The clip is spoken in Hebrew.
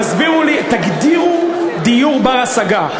תגדירו דיור בר-השגה.